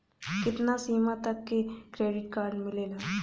कितना सीमा तक के क्रेडिट कार्ड मिलेला?